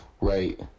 Right